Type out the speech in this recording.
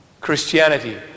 Christianity